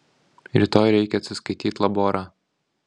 rytoj reikia atsiskaityt laborą